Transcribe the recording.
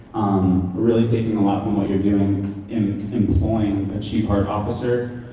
really taking a lot from what you're doing and employing a chief heart officer.